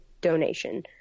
donation